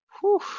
Whew